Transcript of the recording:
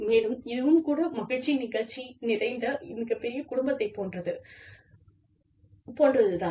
மேலும் இதுவும் கூட மகிழ்ச்சி நிகழ்ச்சி நிறைந்த மிகப்பெரிய குடும்பத்தை போன்றது தான்